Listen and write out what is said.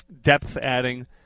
depth-adding